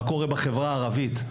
מה קורה בחברה הערבית?